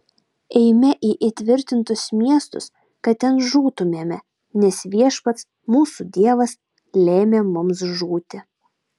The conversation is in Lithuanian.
eime į įtvirtintus miestus kad ten žūtumėme nes viešpats mūsų dievas lėmė mums žūti